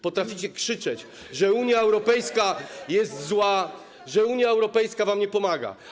Potraficie krzyczeć, że Unia Europejska jest zła, że Unia Europejska wam nie pomaga.